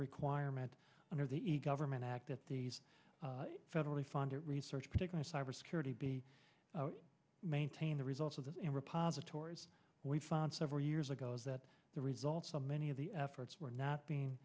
requirement under the e government act that these federally funded research particular cybersecurity be maintained the results of that and repositories we found several years ago that the results of many of the efforts were not being